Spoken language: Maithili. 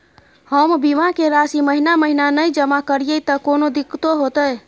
हम बीमा के राशि महीना महीना नय जमा करिए त कोनो दिक्कतों होतय?